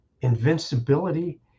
invincibility